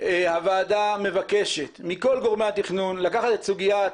הוועדה מבקשת מכל גורמי התכנון לקחת את סוגיית